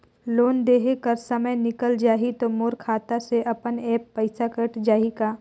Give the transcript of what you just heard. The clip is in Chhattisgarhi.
लोन देहे कर समय निकल जाही तो मोर खाता से अपने एप्प पइसा कट जाही का?